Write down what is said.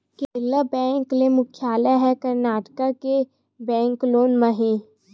Canara bank के मुख्यालय ह करनाटक के बेंगलोर म हे